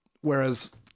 whereas